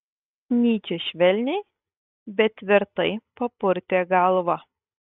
nyčė švelniai bet tvirtai papurtė galvą